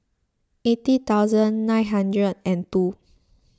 eighty thousand nine hundred and two